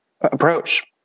approach